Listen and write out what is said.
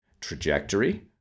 trajectory